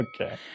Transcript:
okay